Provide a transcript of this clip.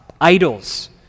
idols